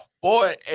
Boy